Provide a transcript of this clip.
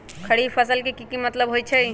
खरीफ फसल के की मतलब होइ छइ?